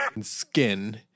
skin